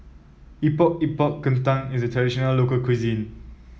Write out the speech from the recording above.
Epok Epok Kentang is a traditional local cuisine